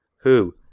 who,